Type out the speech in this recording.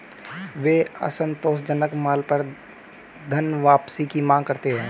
वे असंतोषजनक माल पर धनवापसी की मांग करते हैं